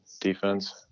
defense